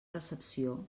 recepció